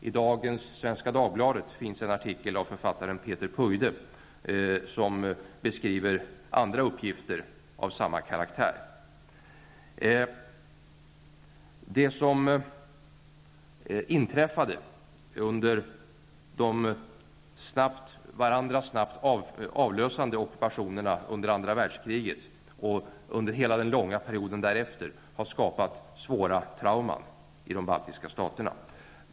I dagens Svenska Dagbladet finns det en artikel av författaren Peeter Puide som beskriver andra uppgifter av samma karaktär. Det som inträffade under de varandra snabbt avlösande ockupationerna under andra världskriget och under hela den långa perioden därefter har skapat svåra trauman i de baltiska staterna.